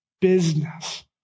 business